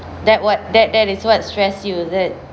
that what that that is what stress you is it